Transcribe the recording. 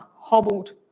hobbled